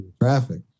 traffic